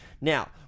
Now